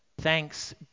Thanks